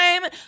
time